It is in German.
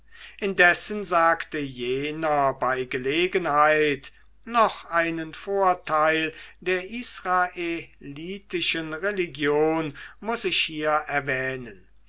indessen sagte jener bei gelegenheit noch einen vorteil der israelitischen religion muß ich hier erwähnen